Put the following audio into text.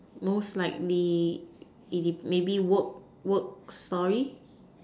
most likely it maybe work work story